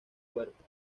cuerpo